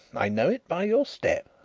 i know it by your step.